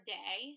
day